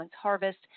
Harvest